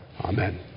Amen